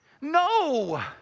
No